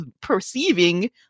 perceiving